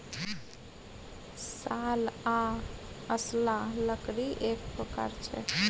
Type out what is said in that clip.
साल आ असला लकड़ीएक प्रकार छै